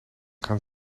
gaan